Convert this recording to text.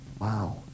Wow